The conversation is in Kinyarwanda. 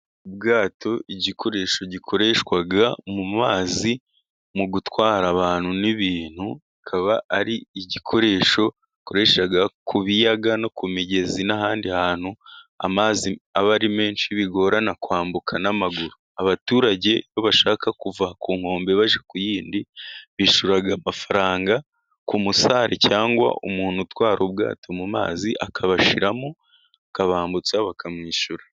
Ubwato igikoresho gikoreshwa mu mazi mu gutwara abantu n'ibintu, kikaba ari igikoresho bakoresha ku biyaga no ku migezi, n'ahandi hantu amazi aba ari menshi bigorana kwambuka n'amaguru, abaturage iyo bashaka kuva ku nkombe bajya ku yindi bishyura amafaranga ku musare cyangwa umuntu utwara ubwato mu mazi, akabashyiramo akabambutsa bakamwishyura.